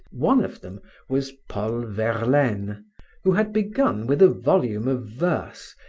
one of them was paul verlaine who had begun with a volume of verse,